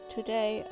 Today